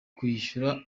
kwishyura